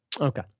Okay